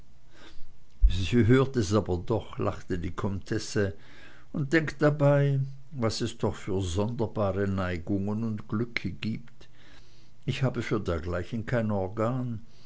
sie hört es aber doch lachte die comtesse und denkt dabei was es doch für sonderbare neigungen und glücke gibt ich habe für dergleichen gar kein organ